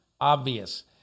obvious